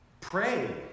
pray